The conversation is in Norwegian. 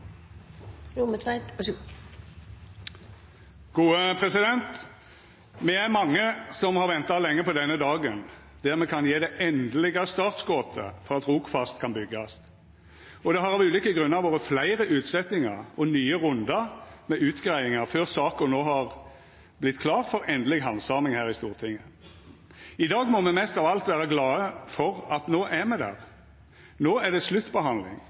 mange som har venta lenge på denne dagen då me kan gje det endelege startskotet for at Rogfast kan byggjast. Det har av ulike grunnar vore fleire utsetjingar og nye rundar med utgreiingar før saka no har vorte klar for endeleg handsaming her i Stortinget. I dag må me mest av alt vera glade for at me no er der – no er det sluttbehandling,